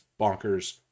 bonkers